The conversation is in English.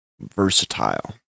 versatile